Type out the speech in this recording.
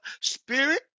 spirit